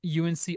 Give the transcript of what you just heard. UNC